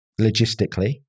logistically